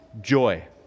joy